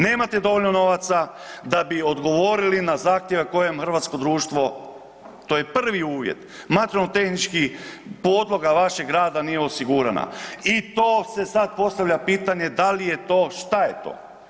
Nemate dovoljno novaca da bi odgovorili na zahtjeve kojem hrvatsko društvo to je prvi uvjet, materijalno-tehnički podloga vašeg rada nije osigurana i to se sad postavlja pitanje da li je to, šta je to?